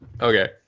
Okay